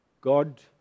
God